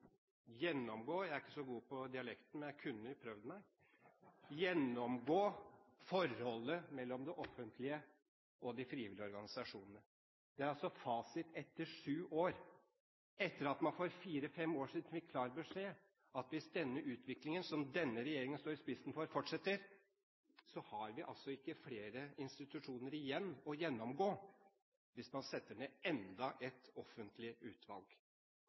gjennomgå – jeg er ikke så god på dialekten, men jeg kunne prøvd meg – gjennomgå forholdet mellom det offentlige og de frivillige organisasjonene. Det er altså fasit etter sju år – etter at man for fire–fem år siden fikk klar beskjed om at hvis denne utviklingen som denne regjeringen står i spissen for, fortsetter, har vi altså ikke flere institusjoner igjen å gjennomgå, hvis man setter ned enda et offentlig utvalg.